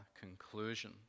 conclusion